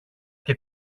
και